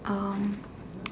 um